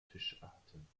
fischarten